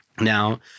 Now